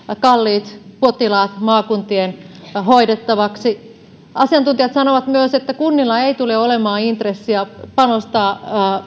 kalliit potilaat maakuntien hoidettavaksi asiantuntijat sanovat myös että kunnilla ei tule olemaan intressiä panostaa